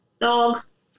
Dogs